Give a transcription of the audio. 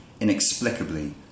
inexplicably